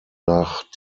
nach